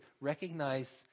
recognize